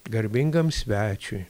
garbingam svečiui